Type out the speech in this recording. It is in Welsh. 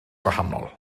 gwahanol